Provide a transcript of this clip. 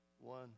One